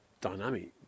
dynamic